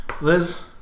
Liz